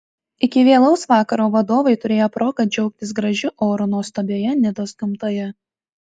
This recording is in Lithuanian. iki vėlaus vakaro vadovai turėjo progą džiaugtis gražiu oru nuostabioje nidos gamtoje